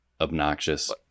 obnoxious